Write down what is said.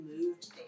moved